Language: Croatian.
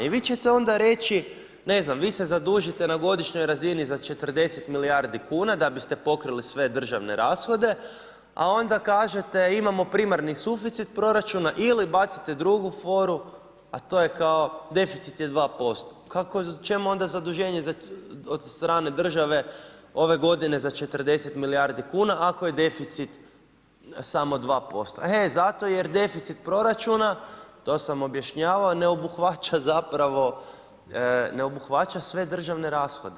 I vi ćete onda reci, ne znam, vi se zadužite na godišnjoj razini za 40 milijardi kuna da biste pokrili sve državne rashode, a onda kažete imamo primarni suficit proračuna ili bacite drugu foru, a to je kao deficit je 2%. čemu onda zaduženje od strane države ove godine za 40 milijardi kuna ako je deficit samo 2%. e zato jer deficit proračuna, to sam objašnjavao, ne obuhvaća sve državne rashode.